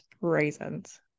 raisins